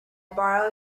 borrow